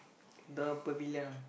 the Pavilion